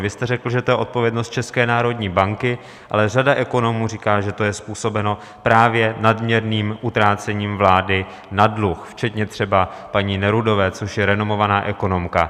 Vy jste řekl, že je to odpovědnost České národní banky, ale řada ekonomů říká, že je to způsobeno právě nadměrným utrácením vlády na dluh, včetně třeba paní Nerudové, což je renomovaná ekonomka.